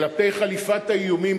וכלפי חליפת האיומים,